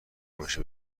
همیشه